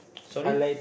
sorry